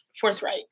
Forthright